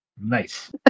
Nice